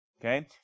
okay